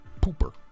pooper